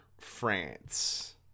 France